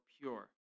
pure